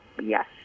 yes